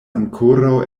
ankoraŭ